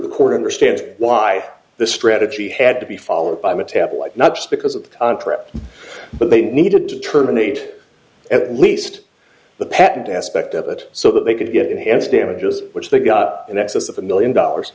the court understands why this strategy had to be followed by metabolite not just because of the trip but they needed to terminate at least the patent aspect of it so that they could get enhanced damages which they got in excess of a million dollars